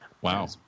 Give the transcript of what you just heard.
Wow